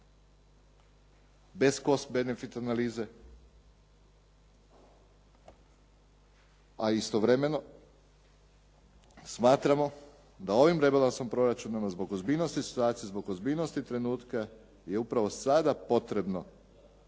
bez cos benefit analize. A istovremeno smatramo da ovim rebalansom proračuna zbog ozbiljnosti situacije, zbog ozbiljnosti trenutka je upravo sada potrebno